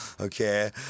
okay